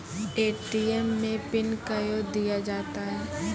ATM मे pin कयो दिया जाता हैं?